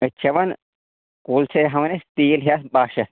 أسۍ چھِ ہٮ۪وان کُل چھِ ہٮ۪وان أسۍ تیٖل ہٮ۪تھ بَہہ شہ